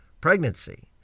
pregnancy